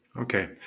Okay